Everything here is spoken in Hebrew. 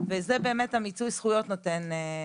וזה באמת מיצוי הזכויות נותן.